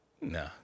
No